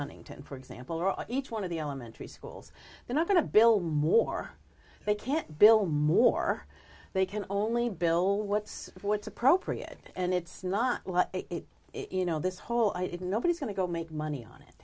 huntington for example or each one of the elementary schools they're not going to build more they can't build more they can only bill what's what's appropriate and it's not you know this whole it nobody's going to go make money on it